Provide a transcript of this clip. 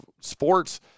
Sports